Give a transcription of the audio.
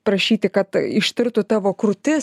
prašyti kad ištirtų tavo krūtis